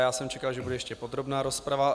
Já jsem čekal, že bude ještě podrobná rozprava.